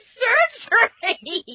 surgery